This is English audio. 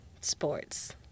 sports